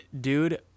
dude